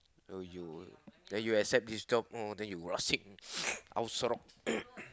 oh you then you accept this twelve then you rushing